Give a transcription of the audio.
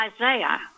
Isaiah